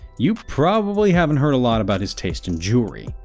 you probably haven't heard a lot about his taste in jewelry.